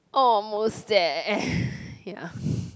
almost there ya